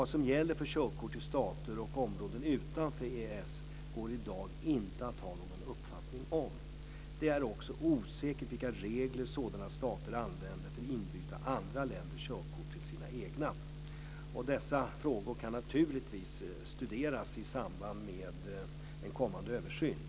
Vad som gäller för körkort i områden och stater utanför EES går i dag inte att ha någon uppfattning om. Det är också osäkert vilka regler sådana stater tillämpar för inbyte av andra länders körkort till sina egna. Dessa frågor kan naturligtvis studeras i samband med en kommande översyn.